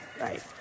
right